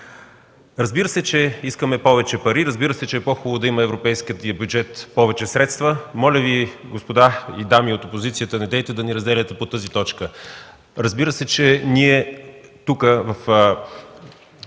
Разбира се, че искаме повече пари. Разбира се, че е по-хубаво да има в европейския бюджет повече средства. Моля Ви, дами и господа от опозицията, недейте да ни разделяте по тази точка. Разбира се, че ние тук –